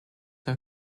her